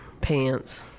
Pants